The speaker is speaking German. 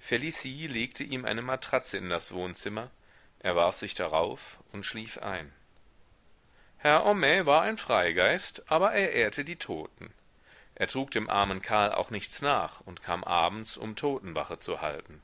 felicie legte ihm eine matratze in das wohnzimmer er warf sich darauf und schlief ein herr homais war ein freigeist aber er ehrte die toten er trug dem armen karl auch nichts nach und kam abends um totenwache zu halten